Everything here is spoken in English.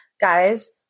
Guys